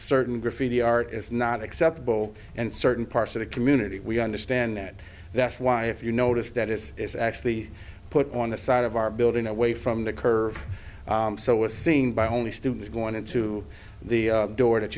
certain graffiti art is not acceptable and certain parts of the community we understand that that's why if you notice that this is actually put on the side of our building away from the curve so it was seen by only students going into the door that